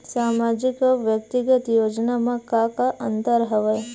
सामाजिक अउ व्यक्तिगत योजना म का का अंतर हवय?